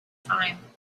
time